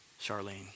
Charlene